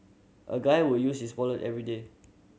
a guy will use his wallet everyday